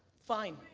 fine,